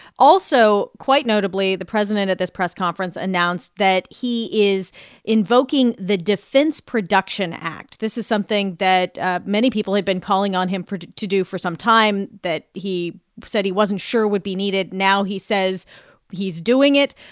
also, quite notably, the president at this press conference announced that he is invoking the defense production act. this is something that ah many people have been calling on him to do for some time that he said he wasn't sure would be needed. now he says he's doing it.